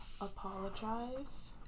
apologize